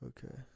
Okay